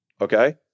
Okay